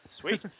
Sweet